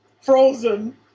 frozen